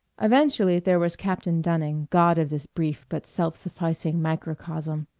eventually there was captain dunning, god of this brief but self-sufficing microcosm.